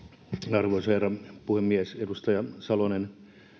arvoisa herra puhemies edustaja salonen